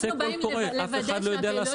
תעשה קול קורא, אף אחד לא יודע לעשות את זה.